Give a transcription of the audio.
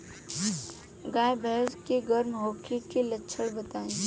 गाय भैंस के गर्म होखे के लक्षण बताई?